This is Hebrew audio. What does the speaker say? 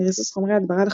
ריסוס חומרי הדברה לחקלאות,